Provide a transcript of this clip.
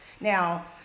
Now